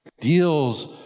deals